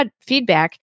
feedback